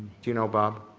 you know, bob?